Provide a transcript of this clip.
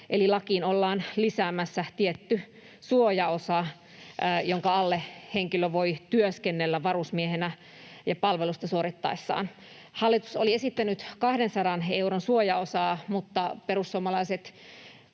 eli lakiin ollaan lisäämässä tietty suojaosa, jonka alle henkilö voi työskennellä varusmiehenä ja palvelusta suorittaessaan. Hallitus oli esittänyt 200 euron suojaosaa, mutta perussuomalaiset